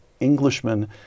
Englishmen